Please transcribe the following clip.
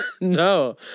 No